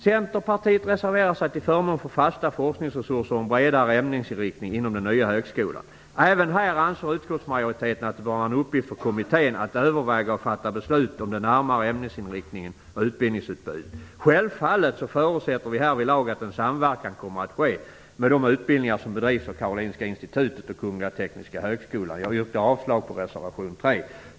Centerpartiet reserverar sig till förmån för fasta forskningsresurser och en bredare ämnesinriktning inom den nya högskolan. Även här anser utskottsmajoriteten att det bör vara en uppgift för kommittén att överväga och fatta beslut om den närmare ämnesinriktningen och utbildningsutbudet. Självfallet förutsätter vi härvidlag att en samverkan kommer att ske med de utbildningar som bedrivs av Karolinska institutet och Kungl. Tekniska högskolan. Jag yrkar avslag på reservation 3.